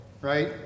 right